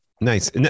Nice